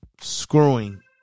screwing